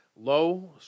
low